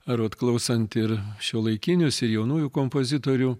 ar vat klausant ir šiuolaikinius ir jaunųjų kompozitorių